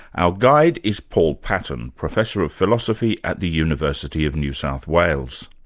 our guide is paul patton, professor of philosophy at the university of new south wales.